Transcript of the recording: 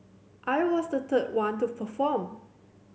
I was the third one to perform